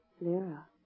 Lyra